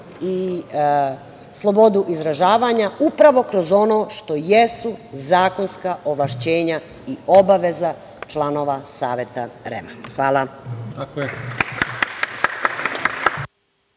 i slobodu izražavanja upravo kroz ono što jesu zakonska ovlašćenja i obaveza članova Saveta REM-a. Hvala.